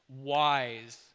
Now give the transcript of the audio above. wise